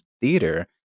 Theater